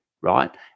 right